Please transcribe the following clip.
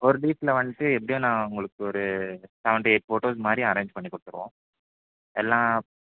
ஒரு லீப்ல வந்துட்டு எப்படியும் நான் உங்களுக்கு ஒரு செவன்ட்டி எயிட் ஃபோட்டோஸ் மாதிரி அரேஞ்ச் பண்ணி கொடுத்துருவோம் எல்லாம்